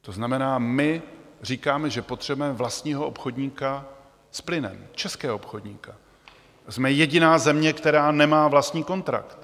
To znamená, my říkáme, že potřebujeme vlastního obchodníka s plynem, českého obchodníka, a jsme jediná země, která nemá vlastní kontrakt.